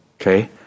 Okay